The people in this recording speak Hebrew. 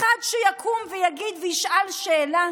שיקום ויגיד וישאל שאלה: